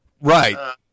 Right